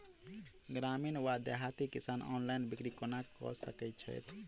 ग्रामीण वा देहाती किसान ऑनलाइन बिक्री कोना कऽ सकै छैथि?